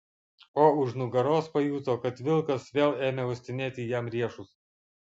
o už nugaros pajuto kad vilkas vėl ėmė uostinėti jam riešus